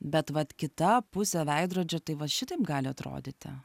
bet vat kita pusė veidrodžio tai va šitaip gali atrodyti